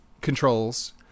controls